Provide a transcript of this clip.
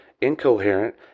incoherent